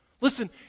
Listen